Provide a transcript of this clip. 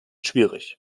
schwierig